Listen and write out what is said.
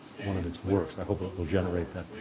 one of its works, i hope it will generate that,